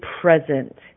present